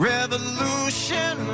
Revolution